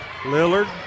Lillard